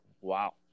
wow